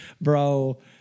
Bro